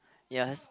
ya